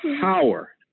power